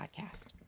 Podcast